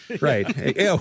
Right